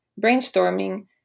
brainstorming